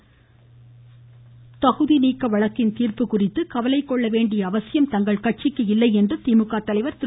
தகுதி நீக்கம் ஸ்டாலின் தகுதி நீக்க வழக்கின் தீர்ப்பு குறித்து கவலை கொள்ள வேண்டிய அவசியம் தங்கள் கட்சிக்கு இல்லை என்று திமுக தலைவர் திரு